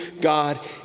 God